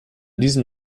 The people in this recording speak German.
diesem